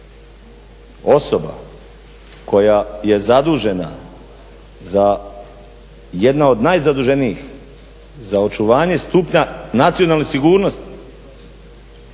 osoba koja je zadužena za, jedna od najzaduženijih za očuvanje stupnja nacionalne sigurnosti